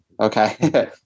Okay